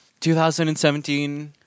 2017